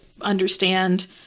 understand